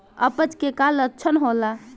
अपच के का लक्षण होला?